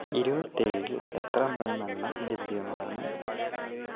ഇരുപത്തേഴിൽ എത്ര മൂന്നെണ്ണം ലഭ്യമാണ്